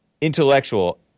intellectual